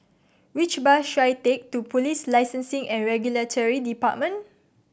which bus should I take to Police Licensing and Regulatory Department